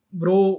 bro